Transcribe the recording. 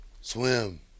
Swim